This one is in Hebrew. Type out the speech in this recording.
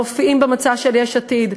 מופיעים במצע של יש עתיד.